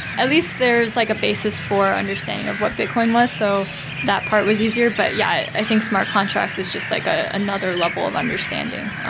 at least there's like a basis for understanding of what bitcoin was, so that part was easier. but yeah, i think smart contracts is just like ah another level of understanding.